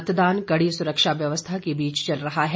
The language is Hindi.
मतदान कड़ी सुरक्षा व्यवस्था के बीच चल रहा है